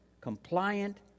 compliant